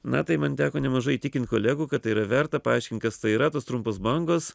na tai man teko nemažai įtikint kolegų kad tai yra verta paaiškint kas tai yra tos trumpos bangos